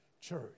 church